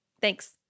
Thanks